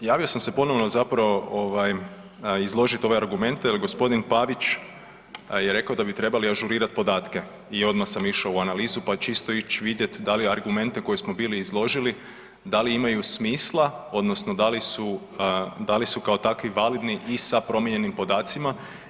Javio sam se ponovno zapravo izložiti ove argumente jer gospodin Pavić je rekao da bi trebali ažurirati podatke i odmah sam išao u analizu, pa čisto ići vidjeti da li argumente koje smo bili izložili da li imaju smisla odnosno da li su kao takvi validni i sa promijenjenim podacima.